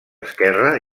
esquerre